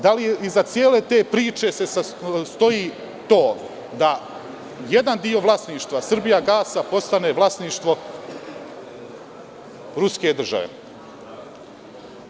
Da li se iza cele te priče stoji to da jedan deo vlasništva „Srbijagasa“ postane vlasništvo Ruske države?